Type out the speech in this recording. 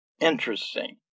interesting